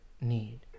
need